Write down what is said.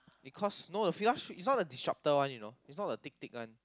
it cost no the Fila shoe it's not the destructor one you know it's not the thick thick one